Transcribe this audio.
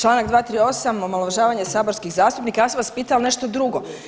Članak 238., omalovažavanje saborskih zastupnika, ja sam vas pitala nešto drugo.